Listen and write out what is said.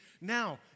Now